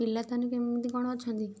ପିଲା ତାହେଲେ କେମିତି କଣ ଅଛନ୍ତି